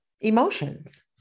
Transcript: emotions